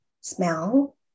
smell